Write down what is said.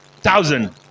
Thousand